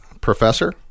Professor